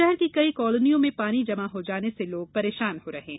शहर की कई कॉलोनियों में पानी जमा हो जाने से लोग परेशान हो रहे हैं